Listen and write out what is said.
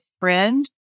friend